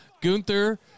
Gunther